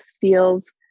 feels